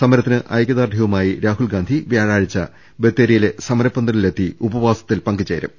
സമരത്തിന് ഐകൃദാർഢൃവുമായി രാഹുൽ ഗാന്ധി വ്യാഴാഴ്ച ബ്ത്തേരിയിലെ സമരപ്പന്ത ലിൽ എത്തി ഉപവാസത്തിൽ പങ്കുചേരും